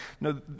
no